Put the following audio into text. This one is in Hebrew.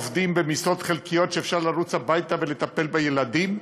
עובדים במשרות חלקיות שאפשר לרוץ הביתה ולטפל בילדים.